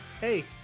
Hey